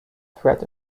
threat